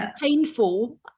painful